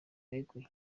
beguye